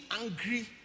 angry